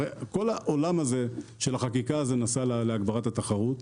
כל העולם הזה של החקיקה, זה נעשה להגברת התחרות.